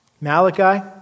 Malachi